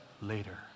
later